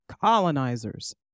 colonizers